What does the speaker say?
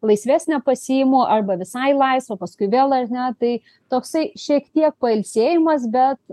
laisvesnę pasiimu arba visai laisvą paskui vėl ar ne tai toksai šiek tiek pailsėjimas bet